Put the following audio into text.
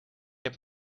heb